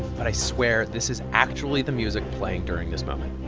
but i swear this is actually the music playing during this moment